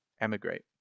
emigrate